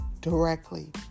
directly